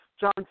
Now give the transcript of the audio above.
John